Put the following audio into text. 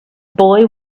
boy